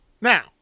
Now